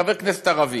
חבר כנסת ערבי.